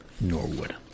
Norwood